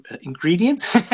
ingredients